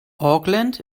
auckland